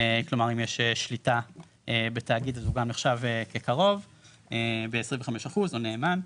כלומר אם יש שליטה בתאגיד אז הוא גם נחשב בקרוב ב-25% או נאמן.